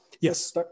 Yes